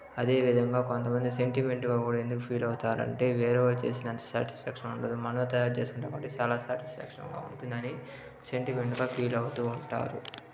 అదే విధంగా కొంతమంది సెంటిమెంట్గా ఎందుకు ఫీలవుతారంటే వేరే వాళ్ళు చేసిన అంత సాటిస్ఫాక్షన్ ఉండదు మనం తయారుచేసుకుంటే మాత్రం చాలా సాటిస్ఫాక్షన్గా ఉంటుందని సెంటిమెంట్గా ఫీల్ అవుతూ ఉంటారు